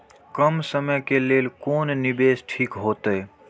कम समय के लेल कोन निवेश ठीक होते?